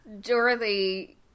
Dorothy